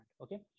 Okay